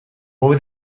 hobe